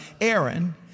Aaron